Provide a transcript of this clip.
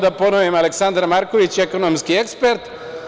Da ponovim, Aleksandar Marković ekonomski ekspert.